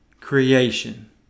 creation